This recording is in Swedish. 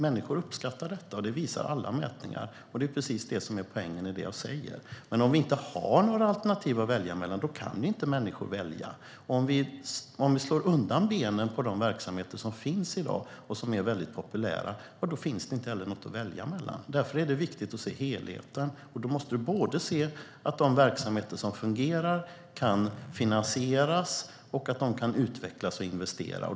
Människor uppskattar detta - det visar alla mätningar. Det är precis poängen i vad jag säger. Men om det inte finns några alternativ att välja mellan, då kan inte människor välja. Om vi slår undan benen på de verksamheter som finns i dag och som är populära finns det inte heller något att välja mellan. Därför är det viktigt att se helheten. Du måste se att de verksamheter som fungerar kan finansieras och att de kan utvecklas och investera.